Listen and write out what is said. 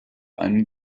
einen